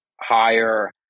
higher